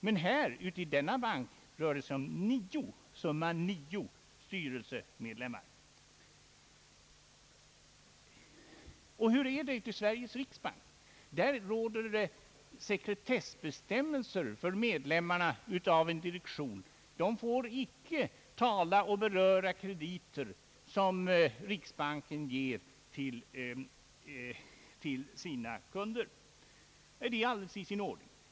Men här i denna bank rör det sig om nio styrelsemedlemmar. I Sveriges riksbank råder sekretessbestämmelser för fullmäktige och medlemmarna av direktionen. De får inte tala om eller beröra krediter som riksbanken ger till sina kunder. Detta är alldeles i sin ordning.